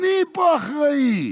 אני פה אחראי.